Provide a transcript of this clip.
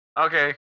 Okay